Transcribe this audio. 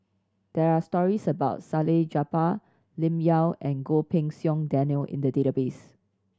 there are stories about Salleh Japar Lim Yau and Goh Pei Siong Daniel in the database